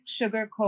sugarcoat